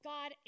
God